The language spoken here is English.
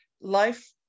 Life